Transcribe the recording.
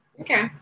Okay